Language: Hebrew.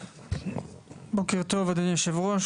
בוקר טוב, אדוני היושב-ראש.